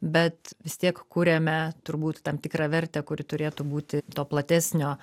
bet vis tiek kuriame turbūt tam tikrą vertę kuri turėtų būti to platesnio